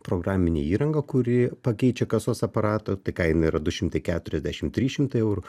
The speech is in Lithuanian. programinę įrangą kuri pakeičia kasos aparatą tai kaina yra du šimtai keturiasdešimt trys šimtai eurų